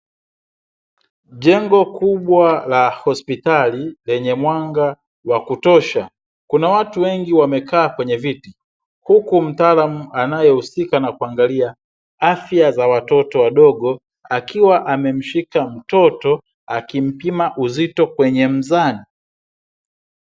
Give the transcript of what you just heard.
Jengo kubwa la hospitali lenye mwanga wa kutosha. Kuna watu wengi wamekaa kwenye viti, huku mtaalamu anayehusika na kuangalia afya za watoto wadogo akiwa amemshika mtoto, akimpima uzito kwenye mzani.